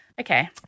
Okay